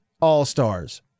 All-Stars